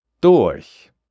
durch